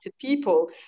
people